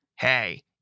hey